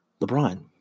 LeBron